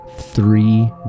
three